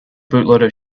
bootloader